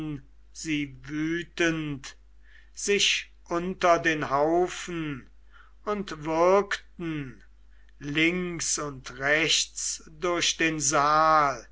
sie wütend sich unter den haufen und würgten links und rechts durch den saal